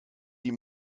die